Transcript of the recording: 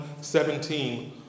17